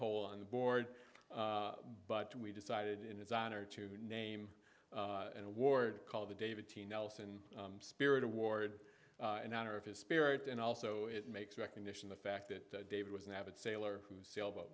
hole on the board but we decided in his honor to name an award called the david t nelson spirit award an honor of his spirit and also it makes recognition the fact that david was an avid sailor who sailboat